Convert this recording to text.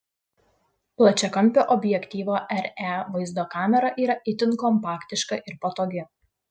plačiakampio objektyvo re vaizdo kamera yra itin kompaktiška ir patogi